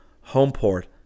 Homeport